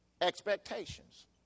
expectations